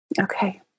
okay